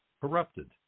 Corrupted